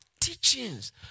teachings